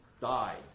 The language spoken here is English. died